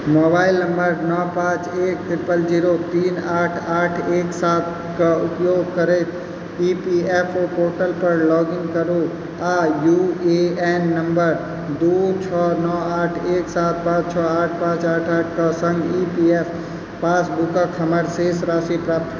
mobile number नओ पाँच एक ट्रिपल जीरो तीन आठ आठ एक सात शके उपयोग करैत ईपीएफओ पोर्टल पर लॉग इन करू आ यूएएन नंबर दू छओ नओ आठ एक सात पाँच छओ आठ पाँच आठ आठ के सङ्ग ईपीएफ पासबुकक हमर शेष राशि प्राप्त करू